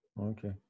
Okay